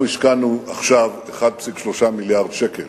אנחנו השקענו עכשיו 1.3 מיליארד שקל